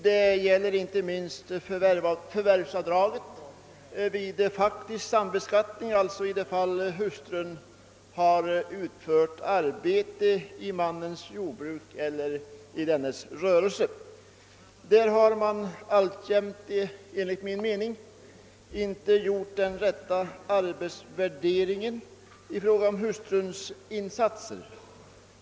Det gäller inte minst förvärvsavdragen vid faktisk sambeskattning — alltså i de fall då hustrun har utfört arbete i mannens jordbruk eller i dennes rörelse. Därvidlag har man enligt min mening ännu inte gjort den rätta arbetsvärderingen av hustruns insatser.